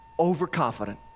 overconfident